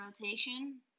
rotation